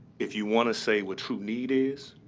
if you want to say what true need is,